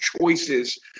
choices